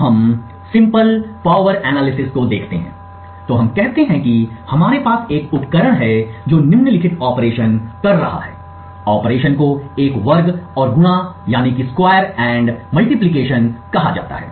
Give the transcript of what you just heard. तो हम सरल शक्ति विश्लेषण को देखते हैं तो हम कहते हैं कि हमारे पास एक उपकरण है जो निम्नलिखित ऑपरेशन कर रहा है ऑपरेशन को एक वर्ग और गुणा कहा जाता है